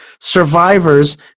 survivors